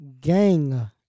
Gang